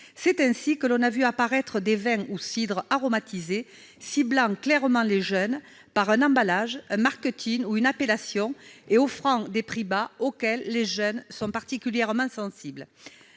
C'est ainsi que l'on a vu apparaître des vins ou cidres aromatisés, ciblant clairement les jeunes par un emballage, un marketing ou une appellation, et offrant des prix bas auxquels les jeunes sont particulièrement sensibles.